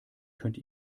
könnt